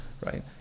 right